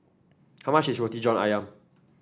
how much is Roti John ayam